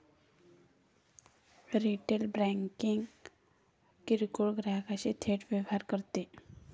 retail banking किरकोळ ग्राहकांशी थेट व्यवहार करते